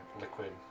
liquid